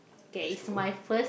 that's good